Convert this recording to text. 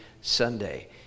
Sunday